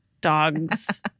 dogs